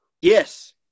Yes